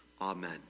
Amen